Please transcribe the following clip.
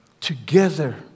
together